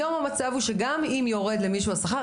היום המצב הוא שגם אם יורד למישהו השכר,